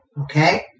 okay